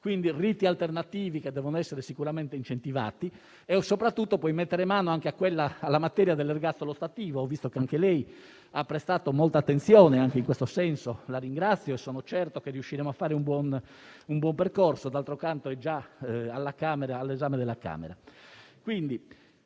Quindi i riti alternativi devono essere sicuramente incentivati. È soprattutto necessario mettere mano anche alla materia dell'ergastolo ostativo, cui ho visto che lei ha prestato molta attenzione e di questo la ringrazio. Sono certo che riusciremo a fare un buon percorso; d'altro canto, è già all'esame della Camera.